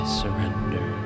surrender